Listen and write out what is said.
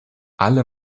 alle